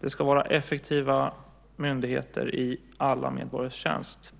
Det ska vara effektiva myndigheter i alla medborgares tjänst.